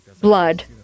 blood